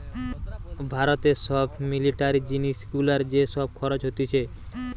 ভারতে সব মিলিটারি জিনিস গুলার যে সব খরচ হতিছে